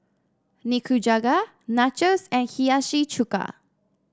Nikujaga Nachos and Hiyashi Chuka